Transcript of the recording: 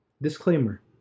Disclaimer